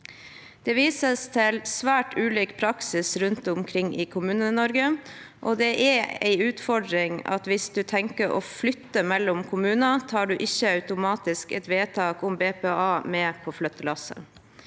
Det vises til svært ulik praksis rundt omkring i Kommune-Norge, og det er en utfordring at hvis du tenker å flytte mellom kommuner, tar du ikke automatisk et vedtak om BPA med på flyttelasset.